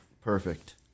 perfect